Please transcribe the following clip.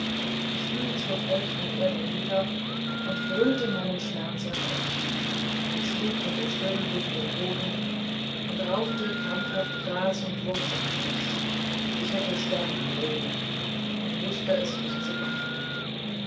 ich fiel zur feuchten erde nieder und brüllte meinen schmerz aus ich schlug mit der stirn gegen den boden und raufte krampfhaft gras und wurzeln aus ich hätte sterben mögen und wußte es nicht zu machen